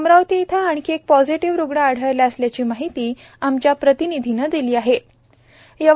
अमरावती इथं आणखी एक पोजेटिव्ह रुग्ण आढळला असल्याची माहिती आमच्या प्रतनिधीने दिली चंद्रपुर